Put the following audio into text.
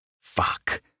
Fuck